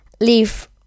leave